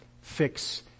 fix